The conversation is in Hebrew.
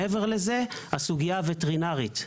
מעבר לזה, הסוגיה הווטרינרית.